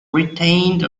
retained